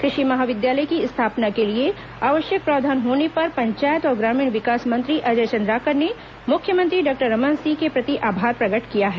कृषि महाविद्यालय की स्थापना के लिए आवश्यक प्रावधान होने पर पंचायत और ग्रामीण विकास मंत्री अजय चंद्राकर ने मुख्यमंत्री डॉक्टर रमन सिंह के प्रति आभार प्रकट किया है